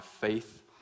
faith